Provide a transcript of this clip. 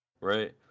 Right